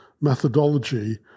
methodology